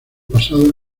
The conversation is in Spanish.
pasado